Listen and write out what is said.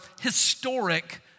historic